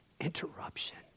interruption